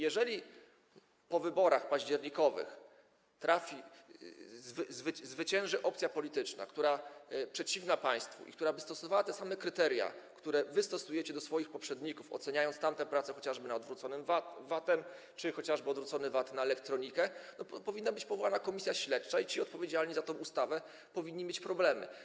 Jeżeli po wyborach październikowych zwycięży opcja polityczna, która jest przeciwna państwu i która by stosowała te same kryteria, które wy stosujecie wobec swoich poprzedników, oceniając tamte prace, chociażby nad odwróconym VAT-em czy odwróconym VAT-em na elektronikę, to powinna być powołana komisja śledcza i ci odpowiedzialni za tę ustawę powinni mieć problemy.